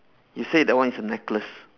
you say that one is a necklace